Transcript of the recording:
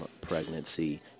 pregnancy